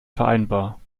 vereinbar